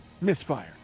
misfire